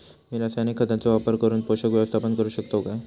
मी रासायनिक खतांचो वापर करून पोषक व्यवस्थापन करू शकताव काय?